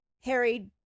Harry